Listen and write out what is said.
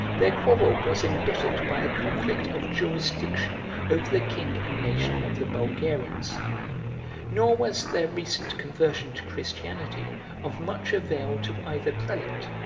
their quarrel was embittered by a conflict of jurisdiction over the king and nation of the bulgarians nor was their recent conversion to christianity of much avail to either prelate,